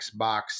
Xbox